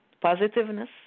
positiveness